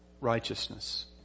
righteousness